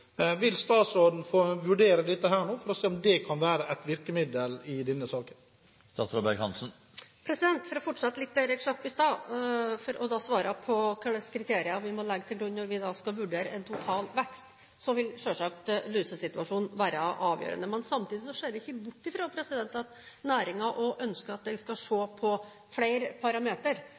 Vil statsråden vurdere dette nå for å se om det kan være et virkemiddel i denne saken? For å fortsette litt der jeg slapp i stad, for da å svare på hva slags kriterier vi må legge til grunn når vi skal vurdere en total vekst: Selvsagt vil lusesituasjonen være avgjørende. Men samtidig ser vi ikke bort fra at næringen også ønsker at jeg skal se på flere